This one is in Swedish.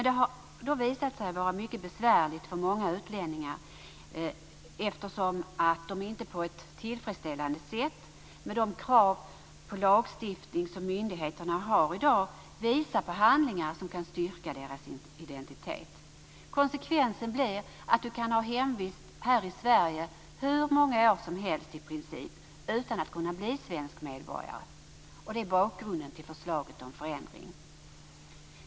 Det har dock visat sig vara mycket besvärligt för många utlänningar att på ett tillfredsställande sätt, med de krav som lagstiftning och myndigheter ställer i dag, visa upp handlingar som kan styrka deras identitet. Konsekvensen blir att man kan ha hemvist här i Sverige i princip hur många år som helst utan att kunna bli svensk medborgare. Detta är bakgrunden till förslaget om förändring.